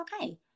okay